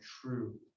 true